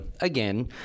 again